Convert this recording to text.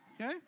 Okay